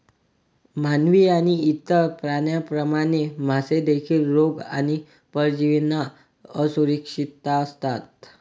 मानव आणि इतर प्राण्यांप्रमाणे, मासे देखील रोग आणि परजीवींना असुरक्षित असतात